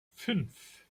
fünf